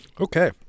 Okay